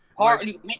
Hardly